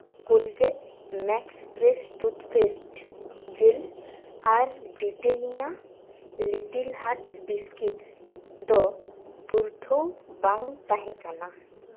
Colgate makes fresh toothpaste gel ᱟᱨ Britannia Little Heart biscuits ᱫᱚ ᱯᱩᱨᱴᱷᱟᱹ ᱵᱟᱝ ᱛᱟᱦᱮᱸᱠᱟᱱᱟ